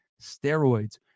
steroids